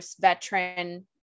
veteran